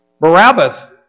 Barabbas